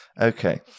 Okay